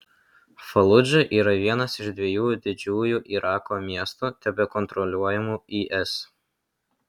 faludža yra vienas iš dviejų didžiųjų irako miestų tebekontroliuojamų is